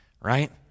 right